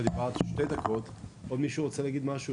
עוד מישהו רוצה להגיד משהו?